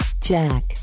Jack